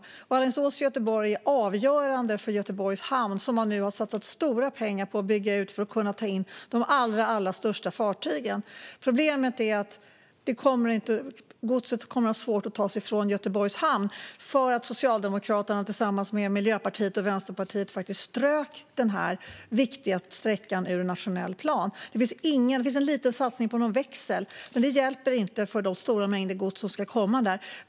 Sträckan Alingsås-Göteborg är avgörande för Göteborgs hamn, som man nu har satsat stora pengar på att bygga ut för att man ska kunna ta in de allra största fartygen. Problemet är att det kommer att vara svårt att ta godset från Göteborgs hamn, därför att Socialdemokraterna tillsammans med Miljöpartiet och Vänsterpartiet strök den här viktiga sträckan ur den nationella planen. Det finns en liten satsning på någon växel, men det hjälper inte med tanke på de stora mängder gods som ska komma.